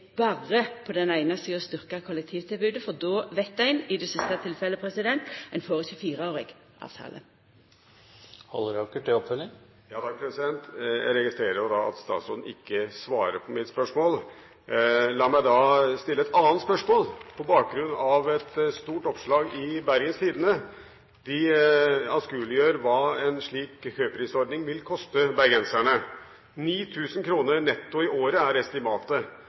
berre einsidig å styrkja kollektivtilbodet? Når det gjeld det siste tilfellet, veit ein at då får ein ikkje ein fireårig avtale. Jeg registrerer at statsråden ikke svarer på mitt spørsmål. La meg da stille et annet spørsmål, på bakgrunn av et stort oppslag i Bergens Tidende. De anskueliggjør hva en slik køprisordning vil koste bergenserne: 9 000 kr netto i året er